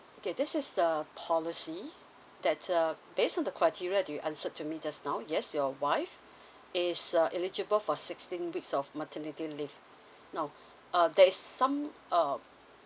okay this is the policy that's uh based on the criteria do you answered to me just now yes your wife is uh eligible for sixteen weeks of maternity leave now uh there is some um